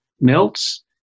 melts